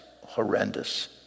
horrendous